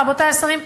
רבותי השרים,